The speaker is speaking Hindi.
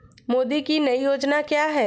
मोदी की नई योजना क्या है?